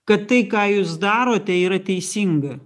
kad tai ką jūs darote yra teisinga